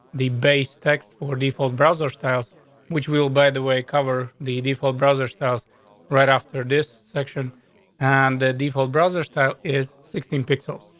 the base text for default brother styles which will, by the way, cover the default brother styles right after this section on and the default brother style is sixteen pixels,